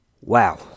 wow